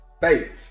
faith